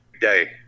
day